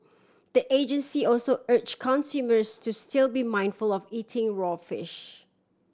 the agency also urge consumers to still be mindful of eating raw fish